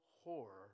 horror